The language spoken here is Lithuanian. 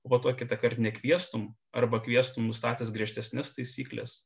o po to kitąkart nekviestum arba kviestum nustatęs griežtesnes taisykles